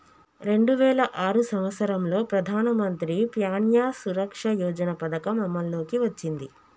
రెండు వేల ఆరు సంవత్సరంలో ప్రధానమంత్రి ప్యాన్య సురక్ష యోజన పథకం అమల్లోకి వచ్చింది